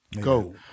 Go